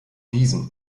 wiesen